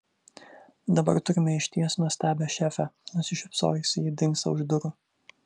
dabar turime išties nuostabią šefę nusišypsojusi ji dingsta už durų